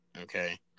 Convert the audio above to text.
Okay